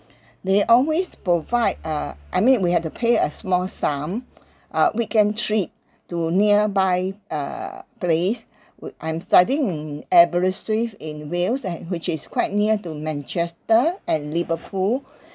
they always provide uh I mean we have to pay a small sum uh weekend trip to nearby (uh)place ugh I'm studying in aberystwyth in wales and which is quite near to manchester and liverpool